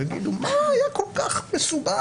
יגידו: מה היה כל כך מסובך?